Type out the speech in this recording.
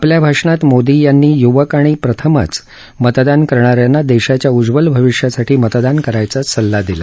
आपल्या भाषणात मोदी यांनी युवक आणि प्रथमच मतदान करणा यांना देशाच्या उज्वल भविष्यासाठी मतदान करण्याचा सल्ला दिला